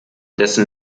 dessen